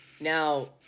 Now